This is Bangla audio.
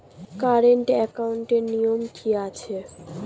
কারেন্ট একাউন্টের নিয়ম কী আছে?